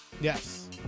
Yes